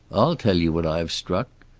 i'll tell you what i have struck.